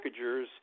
packagers